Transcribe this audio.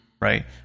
Right